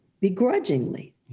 begrudgingly